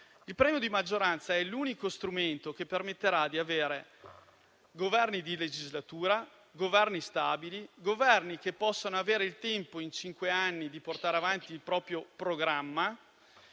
Il premio di maggioranza è l'unico strumento che permetterà di avere Governi di legislatura, Governi stabili, Governi che possono avere il tempo in cinque anni di portare avanti il proprio programma